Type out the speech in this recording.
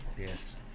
Yes